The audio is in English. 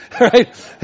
right